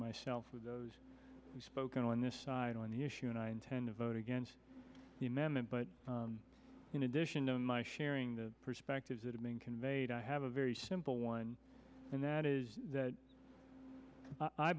myself with those who spoken on this side on the issue and i intend to vote against the amendment but in addition to my sharing the perspectives that have been conveyed i have a very simple one and that is that